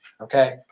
Okay